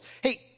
Hey